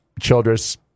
Childress